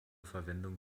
verwendung